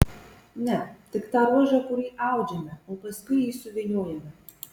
ne tik tą ruožą kurį audžiame o paskui jį suvyniojame